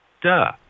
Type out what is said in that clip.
Duh